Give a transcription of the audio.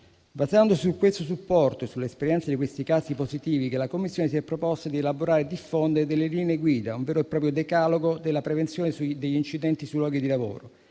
Basandosi su questo supporto e sull'esperienza di questi casi positivi, la Commissione si è proposta di elaborare e diffondere delle linee guida, un vero e proprio decalogo della prevenzione degli incidenti sui luoghi di lavoro,